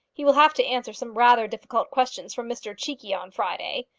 he will have to answer some rather difficult questions from mr cheekey on friday.